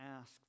ask